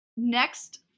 Next